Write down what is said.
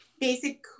Basic